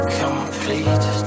complete